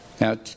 Now